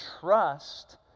trust